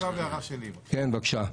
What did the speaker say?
עכשיו הערה שלי: קודם כול,